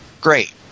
Great